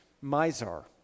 Mizar